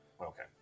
Okay